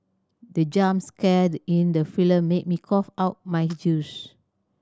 the jump scare in the film made me cough out my juice